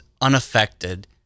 unaffected